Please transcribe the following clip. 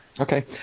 Okay